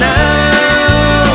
now